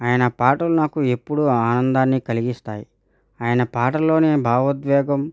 ఆయన పాటలు నాకు ఎప్పుడూ ఆనందాన్ని కలిగిస్తాయి ఆయన పాటల్లోనే భావోద్వేగం